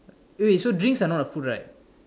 eh wait so drinks are not a food right